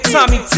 Tommy